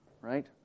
Right